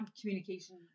communication